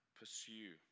pursue